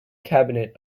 cabinet